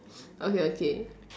okay okay